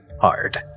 hard